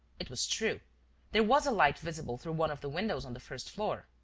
it was true there was a light visible through one of the windows on the first floor.